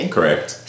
Correct